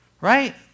Right